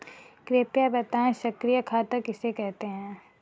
कृपया बताएँ सक्रिय खाता किसे कहते हैं?